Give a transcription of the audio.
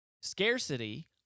Scarcity